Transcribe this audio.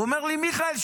הוא אומר לי: מיכאל,